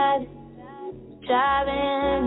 Driving